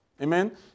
Amen